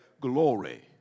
glory